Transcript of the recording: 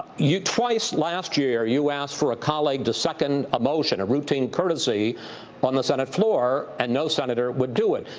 you twice last year, you asked for a colleague to second a motion, a routine courtesy on the senate floor, and no senator would do it.